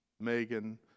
megan